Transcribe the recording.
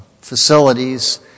facilities